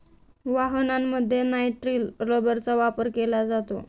वाहनांमध्ये नायट्रिल रबरचा वापर केला जातो